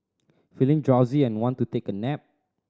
feeling drowsy and want to take a nap